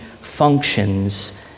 functions